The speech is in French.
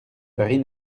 paris